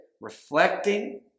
reflecting